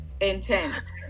intense